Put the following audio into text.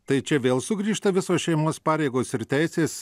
tai čia vėl sugrįžta visos šeimos pareigos ir teisės